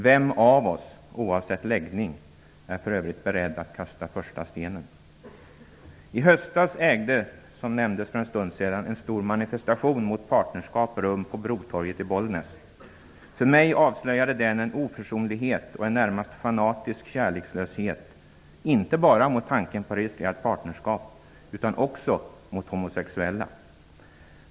Vem av oss, oavsett läggning, är för övrigt beredd att kasta första stenen? I höstas ägde en stor manifestation mot partnerskap rum på Brotorget i Bollnäs, som nämndes för en stund sedan. För mig avslöjade den en oförsonlighet och en närmast fanatisk kärlekslöshet, inte bara mot tanken på registrerat partnerskap utan också mot homosexuella.